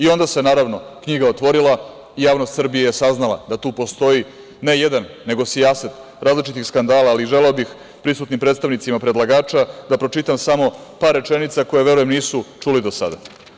Onda se naravno knjiga otvorila i javnost Srbije je saznala da tu postoji ne jedan, nego sijaset različitih skandala, ali želeo bih prisutnim predstavnicima predlagača da pročitam samo par rečenica koje verujem da nisu čuli do sada.